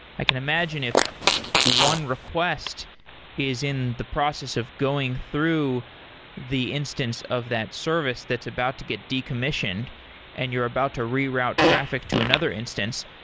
i can imagine if one request is in the process of going through the instance of that service that's about to get decommissioned and you're about to reroute traffic to another instance,